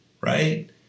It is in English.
Right